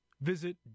Visit